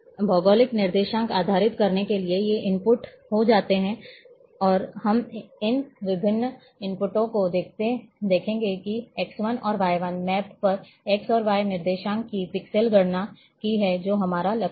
भौगोलिक निर्देशांक निर्धारित करने के लिए ये इनपुट हैं जो यहाँ जाते हैं और हम इन विभिन्न इनपुटों को देखेंगे कि X1 और y1 मैप पर x और y निर्देशांक की पिक्सेल गणना की हैं जो हमारा लक्ष्य है